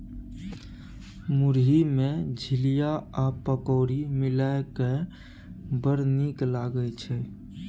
मुरही मे झिलिया आ पकौड़ी मिलाकए बड़ नीक लागय छै